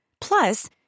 Plus